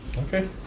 Okay